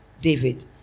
David